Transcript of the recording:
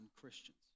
Christians